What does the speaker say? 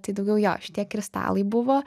tai daugiau jo šitie kristalai buvo